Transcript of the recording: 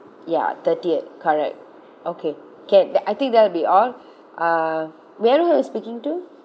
ya thirtieth correct okay can the I think that'll be all uh may I know who I'm speaking to